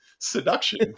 seduction